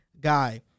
guy